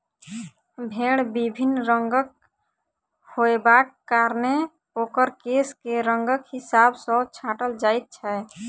भेंड़ विभिन्न रंगक होयबाक कारणेँ ओकर केश के रंगक हिसाब सॅ छाँटल जाइत छै